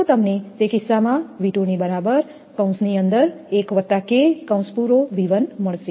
તો તમને તે કિસ્સામાં V2 નીબરાબર મળશે